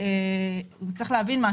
צריך להבין,